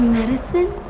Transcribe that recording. medicine